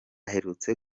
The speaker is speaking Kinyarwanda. aherutse